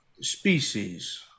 species